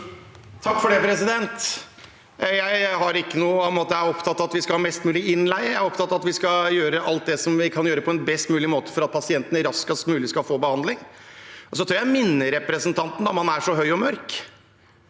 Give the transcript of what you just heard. Takk for det. Jeg er ikke opptatt av at vi skal ha mest mulig innleie, jeg er opptatt av at vi skal gjøre alt det vi kan gjøre, på en best mulig måte for at pasientene raskest mulig skal få behandling. Så tør jeg minne representanten om at – når man er så høy og mørk,